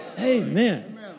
Amen